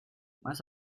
más